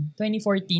2014